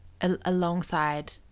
alongside